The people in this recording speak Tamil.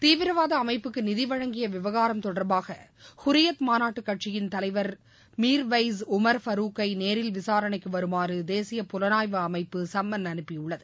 தீவிரவாத அமைப்புக்கு நிதி வழங்கிய விவகாரம் தொடர்பாக ஹரியத் மாநாட்டு கட்சியின் தலைவர் மிர்வாயிஸ் உமர் ஃபருக்கை நேரில் விசாரணைக்கு வருமாறு தேசிய புலனாய்வு அமைப்பு சும்மன் அறப்பியுள்ளது